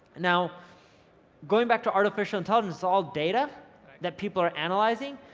now going back to artificial intelligence, it's all data that people are analysing,